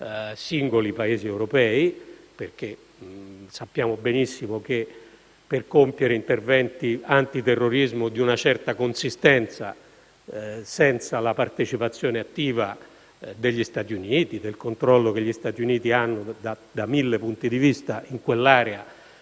singoli Paesi europei, dato che, come sappiamo benissimo, per compiere interventi antiterrorismo di una certa consistenza senza la partecipazione attiva degli Stati Uniti e il controllo che gli Stati Uniti hanno, da mille punti di vista, in quell'area,